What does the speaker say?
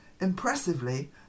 Impressively